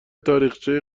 تاریخچه